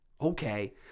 okay